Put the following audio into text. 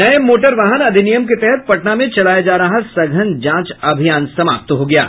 नये मोटर वाहन अधिनियम के तहत पटना में चलाया जा रहा सघन जांच अभियान समाप्त हो गया है